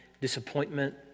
disappointment